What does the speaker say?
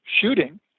shooting